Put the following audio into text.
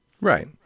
right